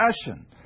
passion